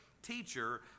teacher